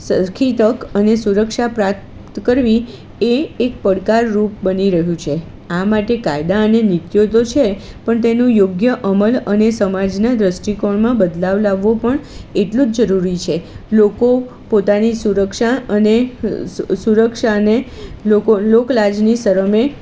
સરખી તક અને સુરક્ષા પ્રાપ્ત કરવી એ એક પડકારરૂપ બની રહ્યું છે આ માટે કાયદા અને નીતિઓ તો છે પણ તેનો યોગ્ય અમલ અને સમાજના દ્રષ્ટિકોણમાં બદલાવ લાવવો પણ એટલો જ જરૂરી છે લોકો પોતાની સુરક્ષા અને સુરક્ષાને લોકો લોકલાજની શરમે